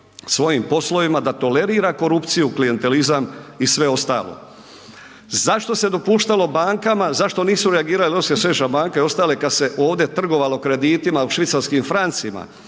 svojim poslovima, da tolerira korupciju, klijentelizam i sve ostalo. Zašto se dopuštalo bankama, zašto nije reagirala Europska središnja banka i ostale kada se ovdje trgovalo kreditima u švicarskim francima?